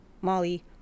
Molly